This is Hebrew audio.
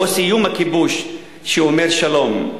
או סיום הכיבוש, שאומר שלום.